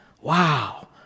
Wow